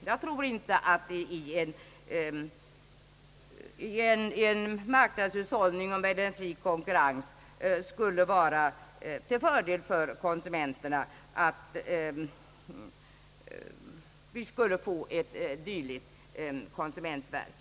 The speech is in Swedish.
Jag tror inte att det i en marknadshushållning och med en fri konkurrens skulle vara till förmån för konsumenterna att vi skulle få ett dylikt konsumentverk.